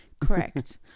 Correct